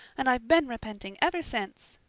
and i've been repenting ever since.